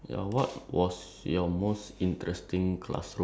alright so my next one is